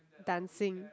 dancing